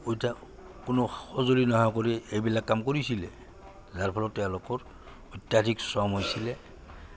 কোনো সঁজুলি নোহোৱা কৰি এইবিলাক কাম কৰিছিলে যাৰ ফলত তেওঁলোকৰ অত্যাধিক শ্ৰম হৈছিলে